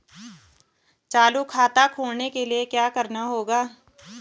चालू खाता खोलने के लिए क्या करना होगा?